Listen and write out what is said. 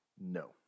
No